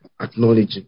Acknowledging